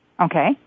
Okay